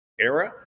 era